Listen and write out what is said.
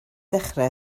dechrau